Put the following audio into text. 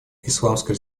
исламской